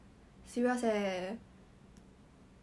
ask where are you who are you with